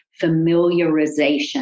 familiarization